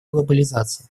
глобализация